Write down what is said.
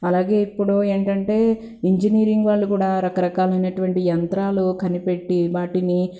అలాగే ఇప్పుడు ఏంటంటే ఇంజనీరింగ్ వాళ్ళు కూడా రాకరకాలైనటువంటి యంత్రాలు కనిపెట్టి వాటిని